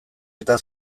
eta